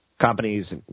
Companies